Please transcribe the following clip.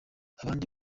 abandi